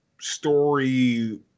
story